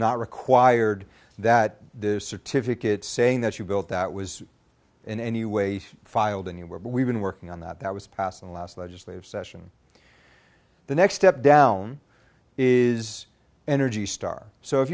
not required that the certificate saying that you built that was in any way filed anywhere but we've been working on that that was passed in the last legislative session the next step down is energy star so if